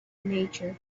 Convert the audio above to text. nature